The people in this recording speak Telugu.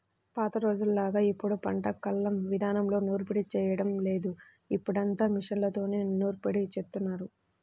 పాత రోజుల్లోలాగా ఇప్పుడు పంట కల్లం ఇదానంలో నూర్పిడి చేయడం లేదు, ఇప్పుడంతా మిషన్లతోనే నూర్పిడి జేత్తన్నారు